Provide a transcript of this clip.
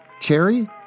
cherry